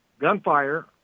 gunfire